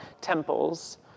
temples